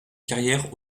carrière